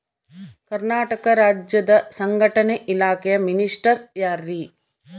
ಕರ್ನಾಟಕ ರಾಜ್ಯದ ಸಂಘಟನೆ ಇಲಾಖೆಯ ಮಿನಿಸ್ಟರ್ ಯಾರ್ರಿ?